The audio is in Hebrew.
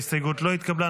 ההסתייגות לא התקבלה.